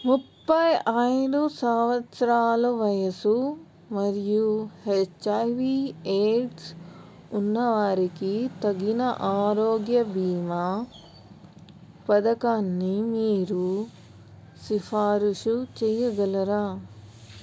ముప్పై ఐదు సంవత్సరాల వయస్సు మరియు హెచ్ఐవి ఎయిడ్స్ ఉన్నవారికి తగిన ఆరోగ్య బీమా పథకాన్ని మీరు సిఫారసు చేయగలరా